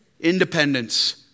independence